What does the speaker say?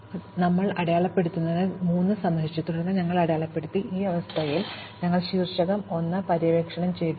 അതുപോലെ ഞങ്ങൾ അടയാളപ്പെടുത്തിയത് 3 സന്ദർശിച്ചു തുടർന്ന് ഞങ്ങൾ 4 അടയാളപ്പെടുത്തി ഈ അവസ്ഥയിൽ ഞങ്ങൾ ശീർഷകം 1 പര്യവേക്ഷണം ചെയ്തു